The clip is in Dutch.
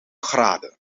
graden